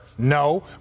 No